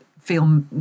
feel